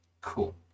cool